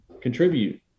contribute